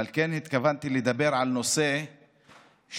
אבל כן התכוונתי לדבר על נושא שקשור,